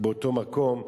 באותו מקום.